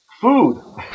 food